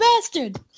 bastard